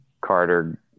Carter